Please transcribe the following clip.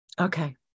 okay